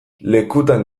lekutan